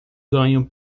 ganho